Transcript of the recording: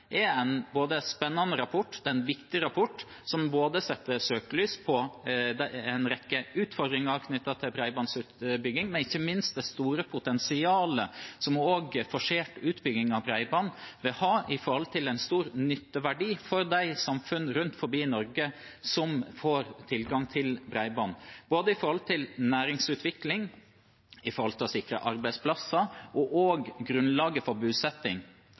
er en spennende og viktig rapport som setter søkelys på både en rekke utfordringer knyttet til bredbåndsutbygging og ikke minst det store potensialet også forsert utbygging av bredbånd vil ha med hensyn til en stor nytteverdi for de samfunn rundt forbi i Norge som får tilgang til bredbånd, med tanke på både næringsutvikling, å sikre arbeidsplasser og også grunnlaget for